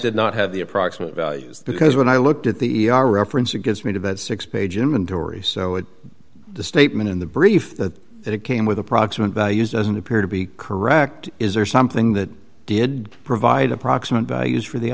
did not have the approximate values because when i looked at the e r reference it gives me to that six page inventory so it the statement in the brief that it came with approximate values doesn't appear to be correct is there something that did provide approximate values for the